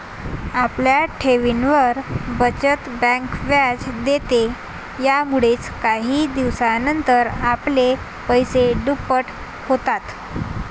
आपल्या ठेवींवर, बचत बँक व्याज देते, यामुळेच काही दिवसानंतर आपले पैसे दुप्पट होतात